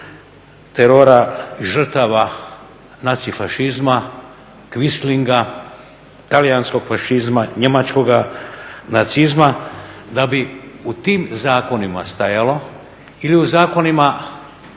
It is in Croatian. terora žrtava naci fašizma, kvislinga, talijanskog fašizma, njemačkoga nacizma da bi u tim zakonima stajalo ili u zakonima